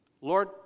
Lord